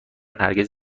هرگز